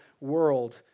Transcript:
world